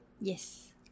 Yes